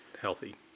healthy